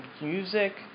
music